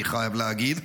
אני חייב להגיד,